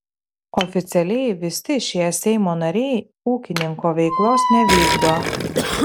oficialiai visi šie seimo nariai ūkininko veiklos nevykdo